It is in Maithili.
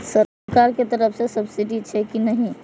सरकार के तरफ से सब्सीडी छै कि नहिं?